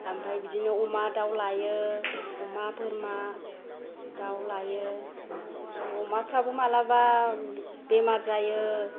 ओमफाय बिदिनो अमा दाउ लायो अमा बोरमा दाउ लायो ओमफ्राय अमाफ्राबो मालाबा बेमार जायो